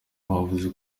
bavuze